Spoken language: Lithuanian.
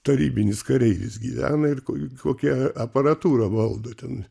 tarybinis kareivis gyvena ir kokią aparatūrą valdo ten